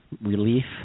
relief